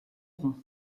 rond